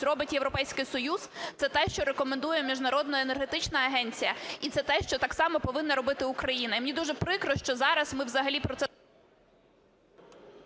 робить Європейський Союз, це те, що рекомендує Міжнародна енергетична агенція, і це те, що так само повинна робити Україна. І мені дуже прикро, що зараз ми взагалі про це…